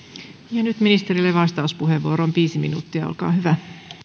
ja nyt ministerille vastauspuheenvuoro on viisi minuuttia olkaa hyvä